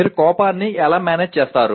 మీరు కోపాన్ని ఎలా మేనేజ్ చేస్తారు